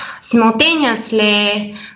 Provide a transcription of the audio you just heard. simultaneously